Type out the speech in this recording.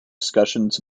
discussions